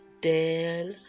Dell